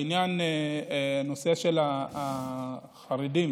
לעניין נושא החרדים